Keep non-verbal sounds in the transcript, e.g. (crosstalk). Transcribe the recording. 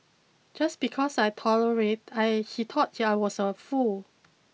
just because I tolerated I he thought (unintelligible) I was a fool